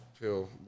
pill